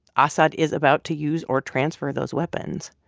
assad is about to use or transfer those weapons.